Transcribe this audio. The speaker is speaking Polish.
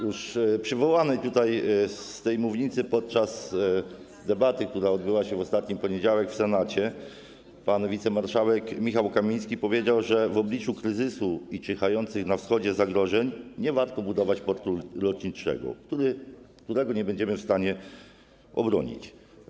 Już przywołany tutaj z tej mównicy podczas debaty, która odbyła się w ostatni poniedziałek w Senacie, pan wicemarszałek Michał Kamiński powiedział, że w obliczu kryzysu i czyhających na Wschodzie zagrożeń nie warto budować portu lotniczego, którego nie będziemy w stanie obronić.